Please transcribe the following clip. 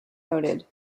noted